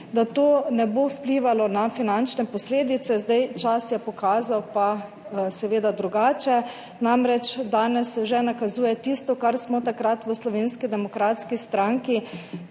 da to ne bo vplivalo na finančne posledice, je čas pokazal seveda drugače, namreč danes se že nakazuje tisto, kar smo takrat v Slovenski demokratski stranki